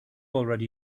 already